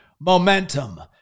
momentum